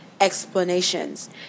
explanations